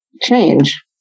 change